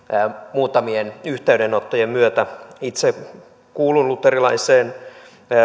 muutamien yhteydenottojen myötä itse kuulun luterilaiseen